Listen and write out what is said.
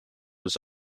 was